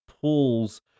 pulls